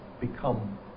become